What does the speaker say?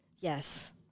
Yes